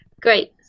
Great